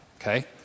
okay